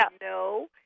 no